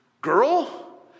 girl